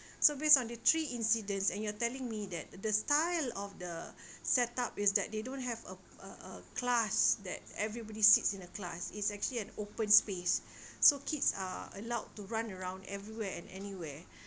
so based on the three incidents and you're telling me that the style of the set up is that they don't have a a a class that everybody sits in a class is actually an open space so kids are allowed to run around everywhere and anywhere